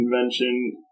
convention